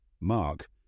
Mark